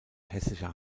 hessische